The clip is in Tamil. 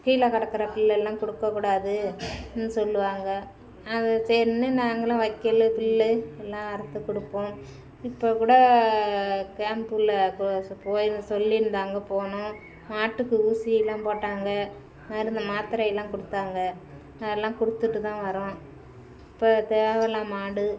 கீழே கிடக்குற புல்லு எல்லாம் கொடுக்கக்கூடாது சொல்லுவாங்க அது சரின்னு நாங்களும் வைக்கோலு புல்லு எல்லாம் அறுத்துக் கொடுப்போம் இப்போகூட கேம்பில் கோ போயிடனு சொல்லியிருந்தாங்க போனோம் ஆட்டுக்கு ஊசியெலாம் போட்டாங்க மருந்து மாத்திரையெல்லாம் கொடுத்தாங்க அதெலாம் கொடுத்துட்டுதான் வரோம் இப்போ தேவைலாம் மாடு